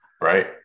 Right